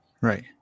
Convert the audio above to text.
Right